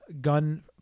gun